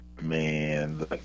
Man